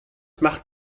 macht